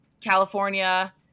California